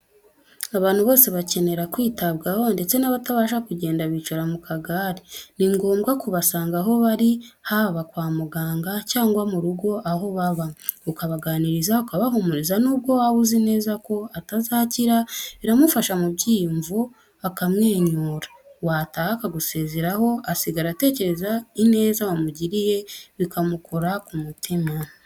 Abantu bose bakenera kwitabwaho ndetse n'abatabasha kugenda bicara mu kagare, ni ngombwa kubasanga aho bari, haba kwa muganga cyangwa mu rugo aho baba, ukabaganiriza, ukabahumuriza n'ubwo waba uzi neza ko atazakira, biramufasha mu byiyumvo, akamwenyura, wataha akagusezeraho, asigara atekereza ineza wamugiriye, bikamukora ku mutima.